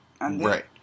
Right